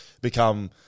become